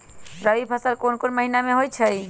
रबी फसल कोंन कोंन महिना में होइ छइ?